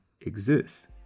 exists